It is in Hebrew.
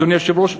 אדוני היושב-ראש,